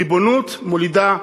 ריבונות מולידה אחריות.